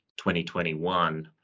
2021